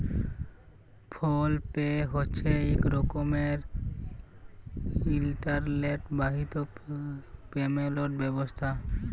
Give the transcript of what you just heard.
ফোল pay হছে ইক রকমের ইলটারলেট বাহিত পেমেলট ব্যবস্থা